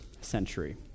century